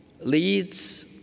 leads